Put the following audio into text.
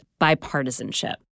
bipartisanship